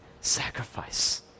sacrifice